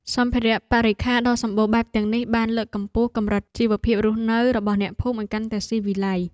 សម្ភារៈបរិក្ខារដ៏សម្បូរបែបទាំងនេះបានលើកកម្ពស់កម្រិតជីវភាពរស់នៅរបស់អ្នកភូមិឱ្យកាន់តែស៊ីវិល័យ។